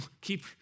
keep